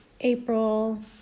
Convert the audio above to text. April